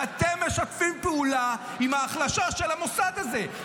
ואתם משתפים פעולה עם ההחלשה של המוסד הזה,